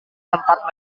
tempat